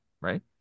right